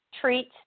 treat